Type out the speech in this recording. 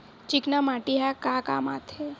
चिकना माटी ह का काम आथे?